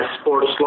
sports